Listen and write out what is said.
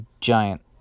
giant